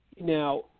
now